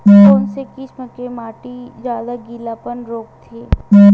कोन से किसम के माटी ज्यादा गीलापन रोकथे?